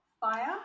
fire